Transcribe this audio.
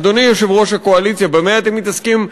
אדוני יושב-ראש הקואליציה, במה אתם מתעסקים?